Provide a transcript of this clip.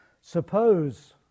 suppose